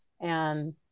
and-